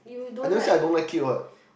I never say I don't like it what